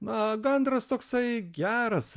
na gandras toksai geras